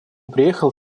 приехал